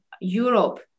Europe